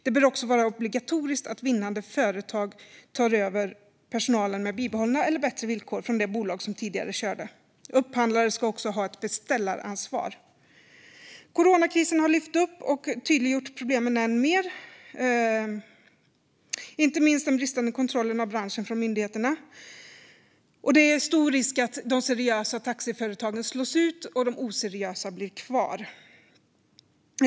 Det bör också vara obligatoriskt att vinnande företag tar över personalen med bibehållna eller bättre villkor från det bolag som tidigare körde. Upphandlare ska också ha ett beställaransvar. Coronakrisen har lyft upp och tydliggjort problemen än mer, inte minst den bristande kontrollen av branschen från myndigheterna. Det är stor risk att de seriösa taxiföretagen slås ut och de oseriösa blir kvar.